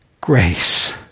grace